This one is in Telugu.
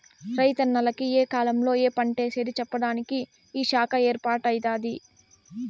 రైతన్నల కి ఏ కాలంలో ఏ పంటేసేది చెప్పేదానికి ఈ శాఖ ఏర్పాటై దాది